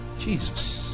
Jesus